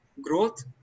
growth